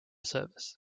service